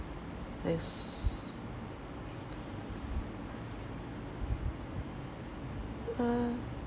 yes uh